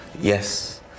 Yes